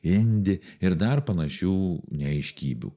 indi ir dar panašių neaiškybių